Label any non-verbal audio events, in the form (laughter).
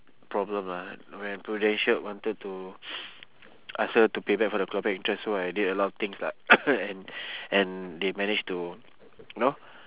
problem ah when prudential wanted to (noise) ask her to pay back for the clawback interest so I did a lot of things lah (coughs) and and they managed to know